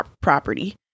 property